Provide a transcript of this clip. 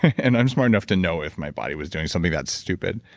and i'm smart enough to know if my body was doing something that stupid.